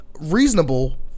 reasonable